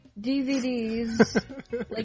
DVDs